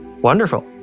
Wonderful